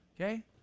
Okay